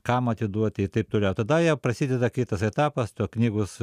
kam atiduoti i taip toliau tada jau prasideda kitas etapas to knygos